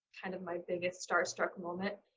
kind of my biggest star-struck moment.